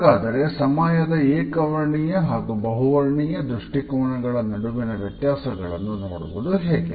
ಹಾಗಾದರೆ ಸಮಯದ ಏಕ ವರ್ಣೀಯ ಹಾಗೂ ಬಹುವರ್ಣೀಯ ದೃಷ್ಟಿಕೋನಗಳ ನಡುವಿನ ವ್ಯತ್ಯಾಸಗಳನ್ನು ನೋಡುವುದು ಹೇಗೆ